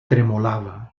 tremolava